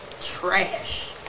Trash